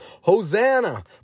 Hosanna